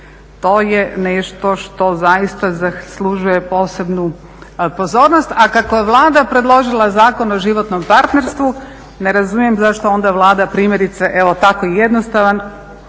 To je nešto što zaista zaslužuje posebnu pozornost, kako je Vlada predložila Zakon o životnom partnerstvu ne razumijem zašto onda Vlada primjerice evo tako jednostavan